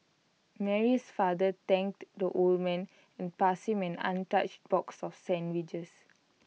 Mary's father thanked the old man and passed him an untouched box of sandwiches